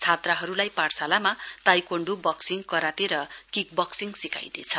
छात्राहरुलाई पाठशालामा taekwondo boxing karate र kickboxing सिकाइनेछ